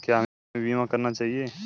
क्या हमें बीमा करना चाहिए?